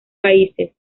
países